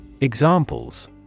Examples